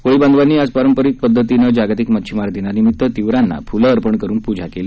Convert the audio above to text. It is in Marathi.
कोळी बांधवांनी आज पारंपरिक पद्धतीने जागतिक मच्छीमार दिनानिमित्त तिवरांना फुलं अर्पण करून पूजा केली